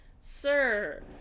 Sir